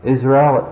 Israel